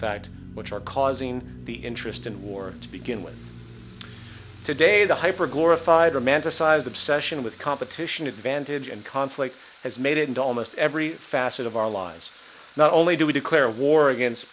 fact which are causing the interest and war to begin with today the hyper glorified romanticized obsession with competition advantage and conflict has made it into almost every facet of our lives not only do we declare war against